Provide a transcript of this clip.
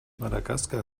madagaskar